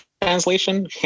translation